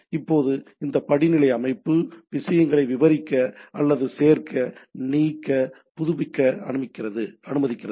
இப்போது இந்த படிநிலை அமைப்பு விஷயங்களை விரிவாக்க அல்லது சேர்க்க நீக்க புதுப்பிக்க அனுமதிக்கிறது